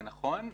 זה נכון,